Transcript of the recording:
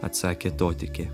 atsakė totikė